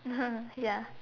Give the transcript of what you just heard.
ya